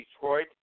Detroit